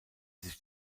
sich